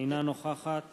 אינה נוכחת